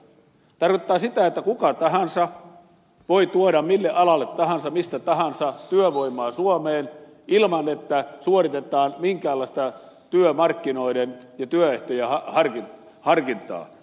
se tarkoittaa sitä että kuka tahansa voi tuoda mille alalle tahansa mistä tahansa työvoimaa suomeen ilman että suoritetaan minkäänlaista työmarkkinoiden ja työehtojen harkintaa